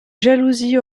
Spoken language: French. jalousies